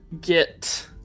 get